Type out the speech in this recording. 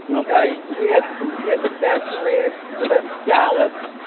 okay. we had yeah the best ribs, the best scallops,